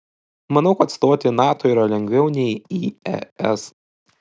manau kad stoti į nato yra lengviau nei į es